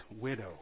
widow